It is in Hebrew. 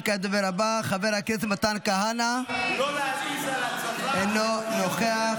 וכעת הדובר הבא, חבר הכנסת מתן כהנא, אינו נוכח.